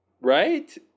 Right